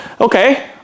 Okay